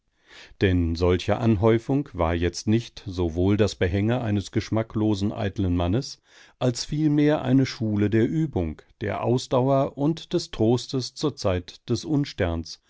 denn solche anhäufung war jetzt nicht sowohl das behänge eines geschmacklosen eiteln mannes als vielmehr eine schule der übung der ausdauer und des trostes zur zeit des unsterns